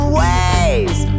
ways